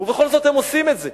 ובכל זאת הם עושים את זה.